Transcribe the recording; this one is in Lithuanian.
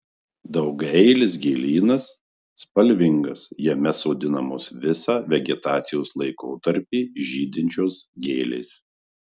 daugiaeilis gėlynas spalvingas jame sodinamos visą vegetacijos laikotarpį žydinčios gėlės